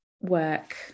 work